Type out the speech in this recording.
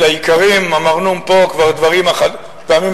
אל העיקרים שנאמרו פה כבר פעמים אחדות: